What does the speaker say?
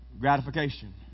gratification